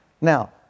Now